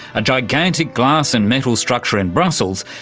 a gigantic glass and metal structure in brussels,